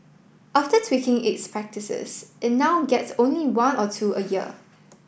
after tweaking its practices it now gets only one or two a year